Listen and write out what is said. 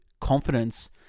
confidence